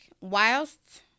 Whilst